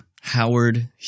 Howard